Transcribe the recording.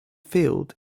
field